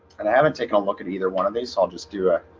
and i haven't taken a look at either one of these so i'll just do a